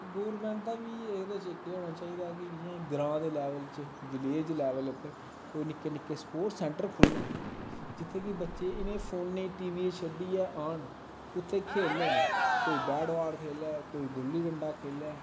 government दा बी एह्दै च इक एह् होना चाही दा कि इयां ग्रांऽ दे लैवल पर विलेज़ लैवल पर कोई निक्क निक्के स्पोर्टस सैंटर खुल्लन जित्थें कि बच्चे इनें फोनें टीवियें गी शड्डियै आन उत्थें खेलन कोई बैट बॉल खेलै कोई गुल्ली डंडा खेलै